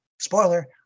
Spoiler